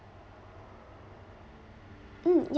mm yup